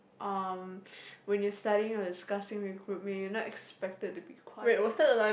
um when you're studying or discussing with group mate you're not expected to be quiet